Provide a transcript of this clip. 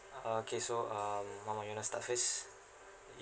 okay so um mama you want to start first